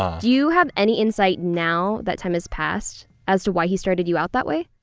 do you have any insight, now that time has passed, as to why he started you out that way?